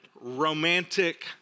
romantic